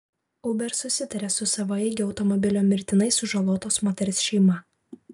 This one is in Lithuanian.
uber susitarė su savaeigio automobilio mirtinai sužalotos moters šeima